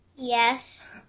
yes